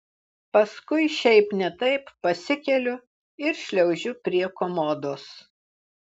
paskui šiaip ne taip pasikeliu ir šliaužiu prie komodos